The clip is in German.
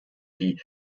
wie